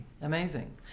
amazing